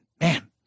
Man